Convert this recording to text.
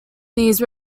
these